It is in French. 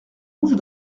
mouche